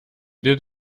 did